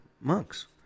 monks